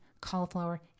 cauliflower